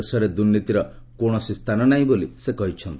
ଦେଶରେ ଦୁର୍ନୀତିର କୌଣସି ସ୍ଥାନ ନାହିଁ ବୋଲି ସେ କହିଛନ୍ତି